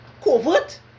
covert